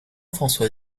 françois